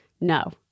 No